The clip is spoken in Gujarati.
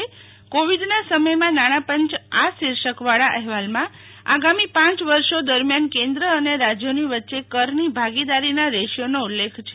કોવિડના સમયમાં નાણાપંચ આ શિર્ષકવાળા અહેવાલમાં આગામી પાંચ વર્ષો દરમ્યાન કેન્દ્ર અને રાજ્યોની વચ્ચે કરની ભાગીદારીના રેશિયોનો ઉલ્લેખ છે